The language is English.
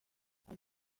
hope